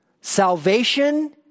salvation